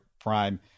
prime